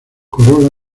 corola